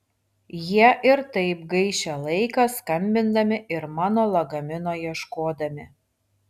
jie ir taip gaišę laiką skambindami ir mano lagamino ieškodami